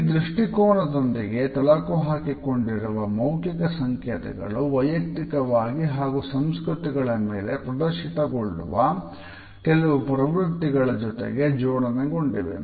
ಈ ದೃಷ್ಟಿಕೋನದೊಂದಿಗೆ ತಳುಕು ಹಾಕಿಕೊಂಡಿರುವ ಮೌಕಿಕ ಸಂಕೇತಗಳು ವೈಯುಕ್ತಿಕವಾಗಿ ಹಾಗೂ ಸಂಸ್ಕೃತಿಗಳ ಮೇಲೆ ಪ್ರದರ್ಶಿತಗೊಳ್ಳುವ ಕೆಲವು ಪ್ರವೃತ್ತಿಗಳ ಜೊತೆಗೆ ಜೋಡಣೆಗೊಂಡಿವೆ